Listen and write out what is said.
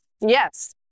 yes